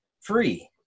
free